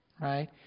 right